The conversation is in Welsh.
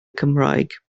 cymraeg